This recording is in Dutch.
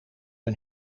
hun